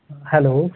hello